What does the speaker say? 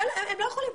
שהם לא יכולים,